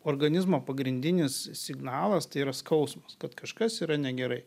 organizmo pagrindinis signalas tai yra skausmas kad kažkas yra negerai